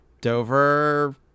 dover